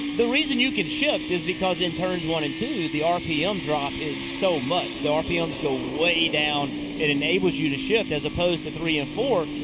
the reason you can shift is because in turns one and two the rpm drop is so much. the rpms go way down and it enables you to shift as opposed to three and four.